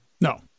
No